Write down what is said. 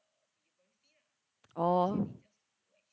oh